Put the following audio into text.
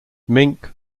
mink